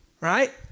right